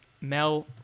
Mel